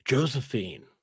Josephine